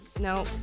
No